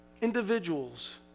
individuals